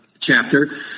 chapter